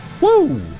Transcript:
Woo